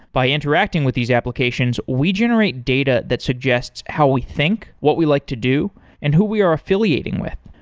by interacting with these applications, we generate data that suggests how we think, what we like to do and who we are affiliating with.